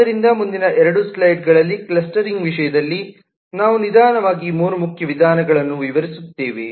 ಆದ್ದರಿಂದ ಮುಂದಿನ ಎರಡು ಸ್ಲೈಡ್ಗಳಲ್ಲಿ ಕ್ಲಸ್ಟರಿಂಗ್ ವಿಷಯದಲ್ಲಿ ನಾವು ನಿಧಾನವಾಗಿ ಮೂರು ಮುಖ್ಯ ವಿಧಾನಗಳನ್ನು ವಿವರಿಸುತ್ತೇವೆ